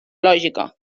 lògica